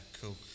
cool